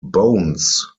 bones